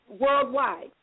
worldwide